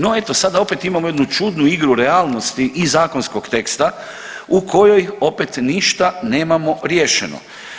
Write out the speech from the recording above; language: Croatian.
No eto, sada opet imamo jednu čudnu igru realnosti i zakonskog teksta u kojoj opet ništa nemamo riješeno.